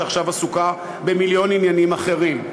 שעכשיו עסוקה במיליון עניינים אחרים,